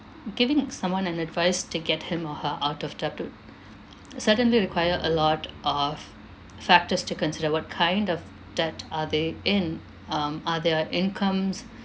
giving someone an advice to get him or her out of debt would certainly require a lot of factors to consider what kind of debt are they in um are their incomes